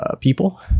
people